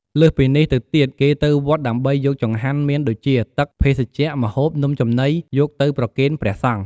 លើសពីនេះទៅទៀត គេទៅវត្តដើម្បីយកចង្ហាន់មានដូចជា ទឹក ភេសជ្ជៈ ម្ហួប នំចំណី យកទៅប្រគេនព្រះសង្ឃ។